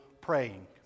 praying